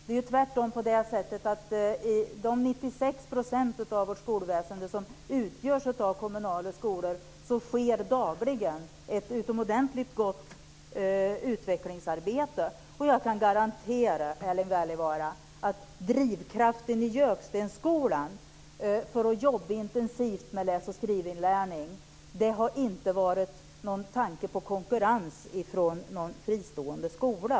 Det är tvärtom så att i de 96 % av vårt skolväsende som utgörs av kommunala skolor sker dagligen ett utomordentligt gott utvecklingsarbete. Jag kan garantera Erling Wälivaara att drivkraften i Gökstensskolan för att jobba intensivt med läs och skrivinlärning inte har varit någon tanke på konkurrens från någon fristående skola.